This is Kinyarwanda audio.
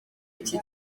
iki